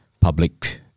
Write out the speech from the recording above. public